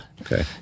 Okay